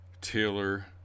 taylor